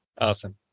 Awesome